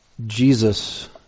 Jesus